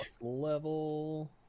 level